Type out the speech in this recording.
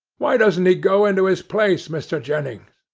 why doesn't he go into his place, mr. jennings?